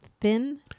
thin